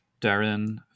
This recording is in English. Darren